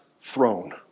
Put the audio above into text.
throne